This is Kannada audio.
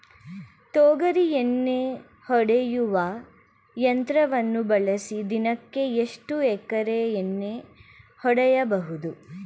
ತೊಗರಿ ಎಣ್ಣೆ ಹೊಡೆಯುವ ಯಂತ್ರವನ್ನು ಬಳಸಿ ದಿನಕ್ಕೆ ಎಷ್ಟು ಎಕರೆ ಎಣ್ಣೆ ಹೊಡೆಯಬಹುದು?